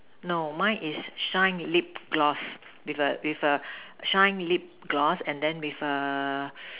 no mine is shine lip gloss with a with a shine lip gloss and then with a